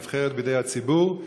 הנבחרת בידי הציבור,